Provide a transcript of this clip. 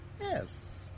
Yes